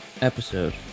Episode